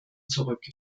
zurück